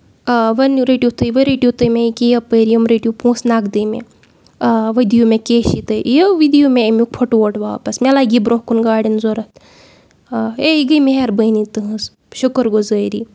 آ وَن رٔٹِو تُہۍ وۄنۍ رٔٹِو تُہۍ مےٚ ایٚکے یِپٲرۍ یِم رٔٹِو پونسہٕ نَقدٕے مےٚ آ وۄنۍ دِیو مےٚ کیشٕے تُہۍ یِیِو وَ دِیو مےٚ اَمیُک پھُٹووٹ واپَس مےٚ لَگہِ یہِ برۄنہہ کُن گاڑین ضروٗرَت آ یہِ گے مہربٲنی تُہنز شُکُر گُزٲری